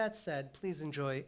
that said please enjoy